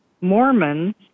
Mormons